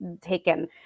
taken